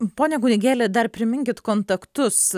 pone kunigėli dar priminkit kontaktus